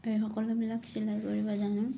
এই সকলোবিলাক চিলাই কৰিব জানোঁ